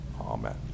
Amen